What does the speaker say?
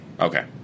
Okay